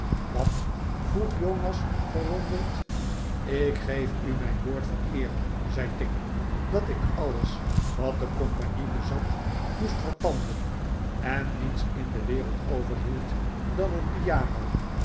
wat vroeg jonas verwonderd ik geef u mijn woord v gn eer zei tigg jr dat ik alles wat de compagnie bezat moest verpanden en niets in de wereld overhield dan een piano